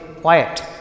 quiet